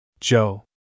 Joe